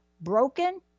Broken